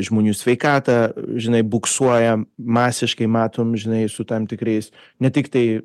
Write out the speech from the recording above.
žmonių sveikatą žinai buksuoja masiškai matom žinai su tam tikrais ne tiktai